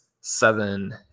seven